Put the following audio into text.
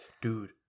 Dude